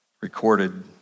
recorded